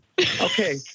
Okay